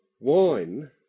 wine